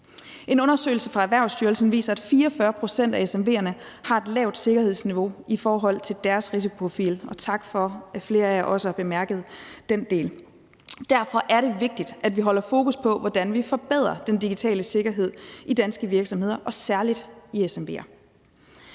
En undersøgelse fra Erhvervsstyrelsen viser, at 44 pct. af SMV'erne har et lavt sikkerhedsniveau i forhold til deres risikoprofil, og tak for, at flere af jer også har bemærket den del. Derfor er det vigtigt, at vi holder fokus på, hvordan vi forbedrer den digitale sikkerhed i danske virksomheder og særlig i SMV'er.